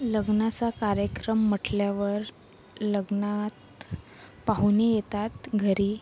लग्नाचा कार्यक्रम म्हटल्यावर लग्नात पाहुणे येतात घरी